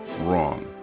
wrong